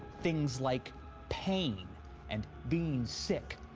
things like pain and being sick,